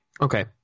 Okay